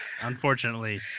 unfortunately